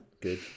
good